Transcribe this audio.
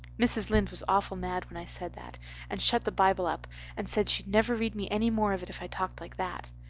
mrs. lynde was awful mad when i said that and shut the bible up and said she'd never read me any more of it if i talked like that.